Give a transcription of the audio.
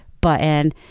button